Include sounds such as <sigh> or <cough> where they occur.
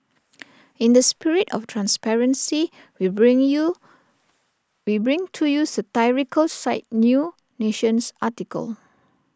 in the spirit of transparency we bring you we bring to use <unintelligible> site new nation's article